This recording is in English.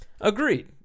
Agreed